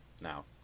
now